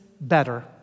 better